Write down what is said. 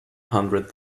hundred